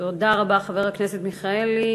תודה רבה, חבר הכנסת מיכאלי.